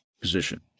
position